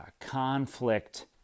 conflict